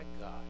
God